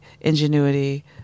ingenuity